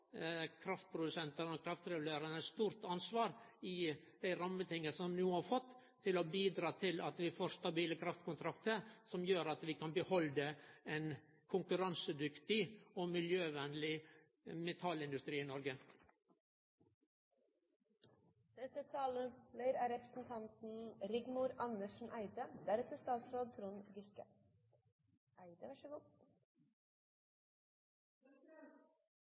kraftprodusentane og kraftleverandørane eit stort ansvar for å bidra til at vi får stabile kraftkontraktar som gjer at vi kan behalde ein konkurransedyktig og miljøvenleg metallindustri i Noreg. For Kristelig Folkeparti er